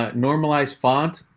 ah normalize font.